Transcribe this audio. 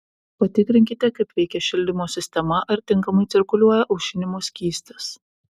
patikrinkite kaip veikia šildymo sistema ar tinkamai cirkuliuoja aušinimo skystis